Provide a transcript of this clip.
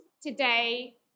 today